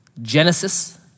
Genesis